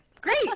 great